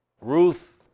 Ruth